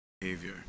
behavior